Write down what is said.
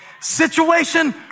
Situation